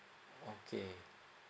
okay